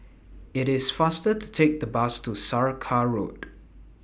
IT IS faster to Take The Bus to Saraca Road